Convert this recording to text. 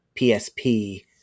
PSP